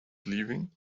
leaving